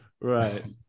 right